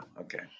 Okay